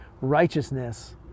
righteousness